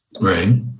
Right